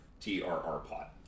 trrpot